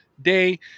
day